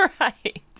right